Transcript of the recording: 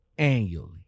Annually